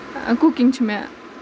cooking چھِ مےٚ